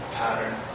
pattern